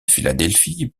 philadelphie